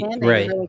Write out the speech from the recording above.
right